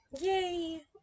Yay